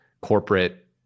corporate